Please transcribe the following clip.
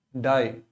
die